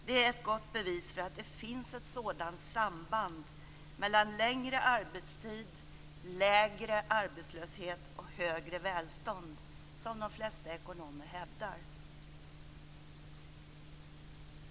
Det är ett gott bevis för att det finns ett sådant samband mellan längre arbetstid, lägre arbetslöshet och högre välstånd som de flesta ekonomer hävdar.